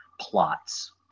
plots